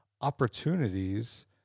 opportunities